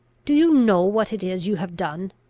do you know what it is you have done?